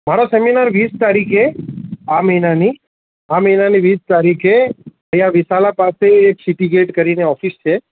મારો સેમિનાર વીસ તારીખે આ મહિનાની આ મહિનાની વીસ તારીખે અહીંયા વિશાલા પાસે એક સિટિગેટ કરીને ઓફિસ છે